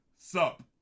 sup